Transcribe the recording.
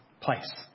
place